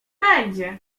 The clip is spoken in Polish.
będzie